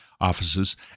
offices